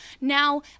now